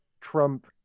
Trump